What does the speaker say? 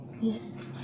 Yes